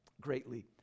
greatly